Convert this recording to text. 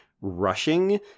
rushing